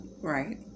Right